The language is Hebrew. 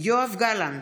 יואב גלנט,